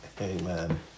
Amen